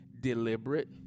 Deliberate